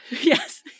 Yes